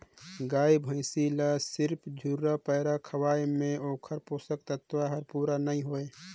गाय भइसी ल सिरिफ झुरा पैरा खवाये में ओखर पोषक तत्व हर पूरा नई होय